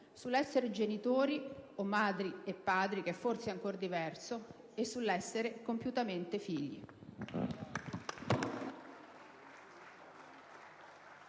sull'essere genitori o madri e padri, che forse è ancor diverso, e sull'essere compiutamente figli.